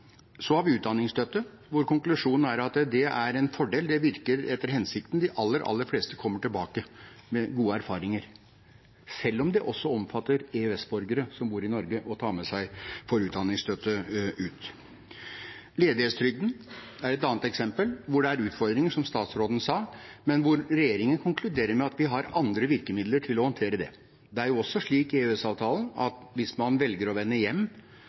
Så har vi utdanningsstøtte, hvor konklusjonen er at det er en fordel, det virker etter hensikten. De aller, aller fleste kommer tilbake med gode erfaringer, selv om det også omfatter EØS-borgere som bor i Norge og får med seg utdanningsstøtte ut. Ledighetstrygden er et annet eksempel hvor det er utfordringer, som statsråden sa, men hvor regjeringen konkluderer med at vi har andre virkemidler til å håndtere det. Det er jo også slik i EØS-avtalen at hvis man velger å vende hjem